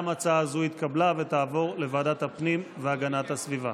גם הצעה זו התקבלה ותעבור לוועדת הפנים והגנת הסביבה.